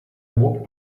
walked